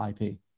IP